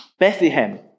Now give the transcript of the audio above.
Bethlehem